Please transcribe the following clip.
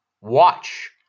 watch